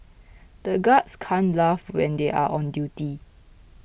the guards can't laugh when they are on duty